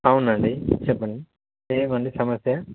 అవునండి చెప్పండి ఏమండీ సమస్య